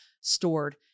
stored